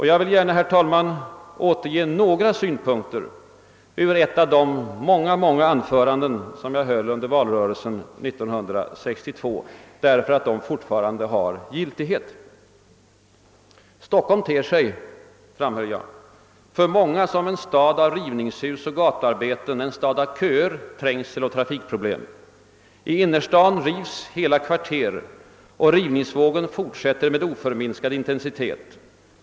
Jag vill gärna, herr talman, återge några synpunkter ur ett av de många anföranden som jag höll under valrörelsen 1962, eftersom dessa fortfarande har giltighet: »Stockholm ter sig för många som en stad av rivningshus och gatuarbeten, en stad av köer, trängsel och trafikproblem. I innerstaden rivs hela kvarter och rivningsvågen fortsätter med oförminskad intensitet.